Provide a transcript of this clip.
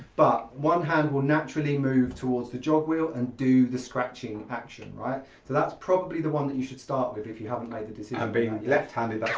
but one hand will naturally move towards the jogwheel and do the scratching action, right. so that's probably the one that you should start with if you haven't made the decision. and being left handed, that's